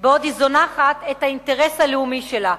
בעוד היא זונחת את האינטרס הלאומי שלה.